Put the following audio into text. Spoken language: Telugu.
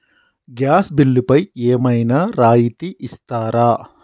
గ్యాస్ బిల్లుపై ఏమైనా రాయితీ ఇస్తారా?